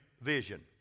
vision